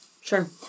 Sure